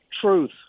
truth